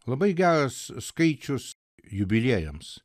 labai geras skaičius jubiliejams